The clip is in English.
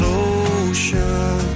ocean